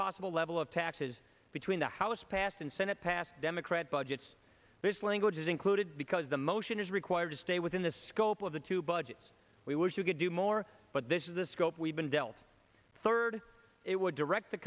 possible level of taxes between the house passed and senate passed democrat budgets this language is included because the motion is required to stay within the scope of the two budgets we wish we could do more but this is the scope we've been dealt third it would direct the